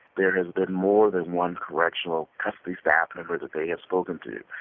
there has been more than one correctional custody staff member that they have spoken to.